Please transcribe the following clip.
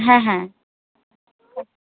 হ্যাঁ হ্যাঁ